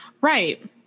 Right